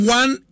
one